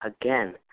again